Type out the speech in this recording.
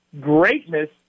Greatness